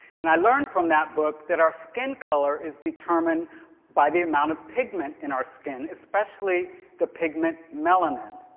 and i learned from that book that our skin color is determined by the amount of pigment in our skin, especially the pigment melanin.